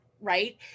right